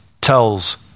tells